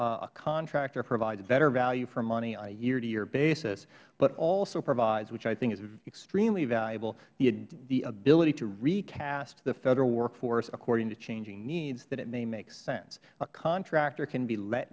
a contractor provides better value for money on a yeartoyear basis but also provides which i think is extremely valuable the ability to recast the federal workforce according to changing needs then it may make sense a contractor can be let